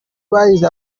bahize